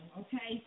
okay